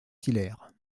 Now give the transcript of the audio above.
hilaire